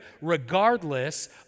regardless